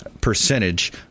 percentage